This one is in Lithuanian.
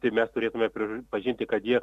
tai mes turėtume pripažinti kad jie